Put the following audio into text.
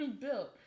built